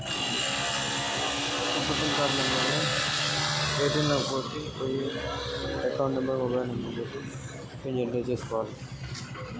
కొత్త pin card నెంబర్ని generation ఎట్లా చేత్తరు?